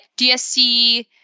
DSC